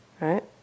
right